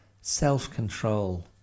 self-control